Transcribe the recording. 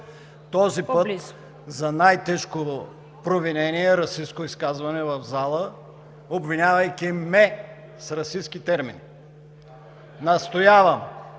Този път за най-тежкото провинение – расистко изказване в залата, обвинявайки ме с расистки термини, настоявам